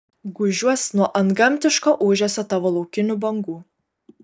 gūžiuos nuo antgamtiško ūžesio tavo laukinių bangų